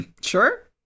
Sure